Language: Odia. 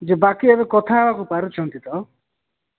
ଯେ ବାକି ଏବେ କଥା ହେବାକୁ ପାରୁଛନ୍ତି ତ